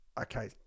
okay